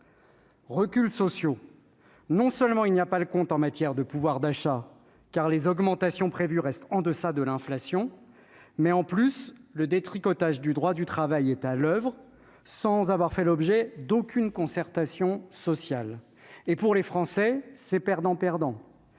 tout d'abord. Non seulement il n'y a pas le compte en matière de pouvoir d'achat, car les augmentations prévues restent en dessous de l'inflation, mais, en plus, le détricotage du droit du travail est à l'oeuvre, sans avoir fait l'objet de la moindre concertation sociale. Pour les Français, c'est donc perdant-perdant